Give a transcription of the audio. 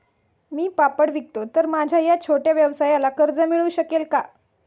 मी पापड विकतो तर माझ्या या छोट्या व्यवसायाला कर्ज मिळू शकेल का?